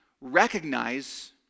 recognize